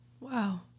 Wow